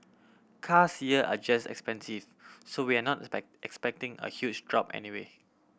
cars here are just expensive so we are not expecting a huge drop anyway